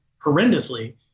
horrendously